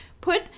put